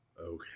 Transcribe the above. Okay